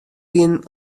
wienen